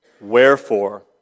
Wherefore